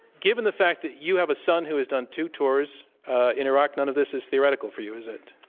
given the fact that you have a son who has done two tours in iraq, none of this is theoretical for you, is it?